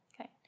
okay